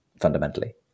fundamentally